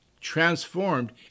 Transformed